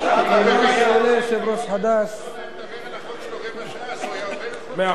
הוא יכול לדבר על החוק שלו רבע שעה, מאה אחוז.